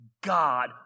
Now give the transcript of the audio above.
God